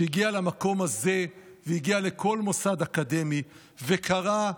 שהגיע למקום הזה והגיע לכל מוסד אקדמי וקרע,